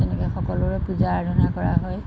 এনেকৈ সকলোৰে পূজা আৰাধনা কৰা হয়